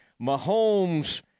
Mahomes